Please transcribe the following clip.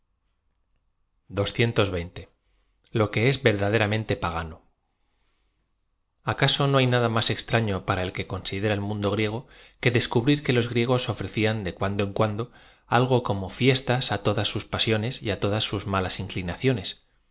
ü es que e verdaderamente pagano acaso no hay nada más extraño para el que consi dera el mundo griego que descubrir que los griegos ofrecían de cuando en cuando algo como fiestas a todas sus pasiones y á todas sus malas inclinaciones